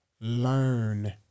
learn